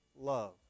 love